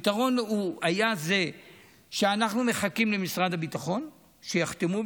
הפתרון היה שאנחנו מחכים למשרד הביטחון שיחתמו,